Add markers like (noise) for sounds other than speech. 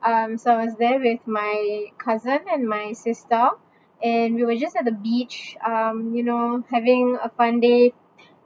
um so I was there with my cousin and my sister and we were just at the beach um you know having a fun day (breath)